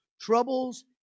Troubles